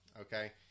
Okay